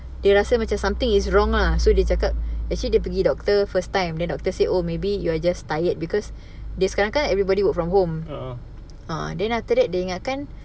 dia rasa macam something is wrong lah so dia cakap actually dia pergi doctor first time then doctor say oh maybe you're just tired because dia sekarang kan everybody work from home ah then after that dia ingatkan